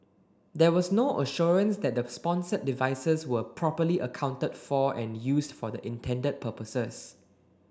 there was no assurance that the sponsored devices were properly accounted for and used for the intended purposes